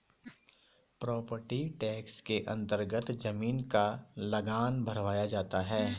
property tax के अन्तर्गत जमीन का लगान भरवाया जाता है